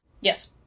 Yes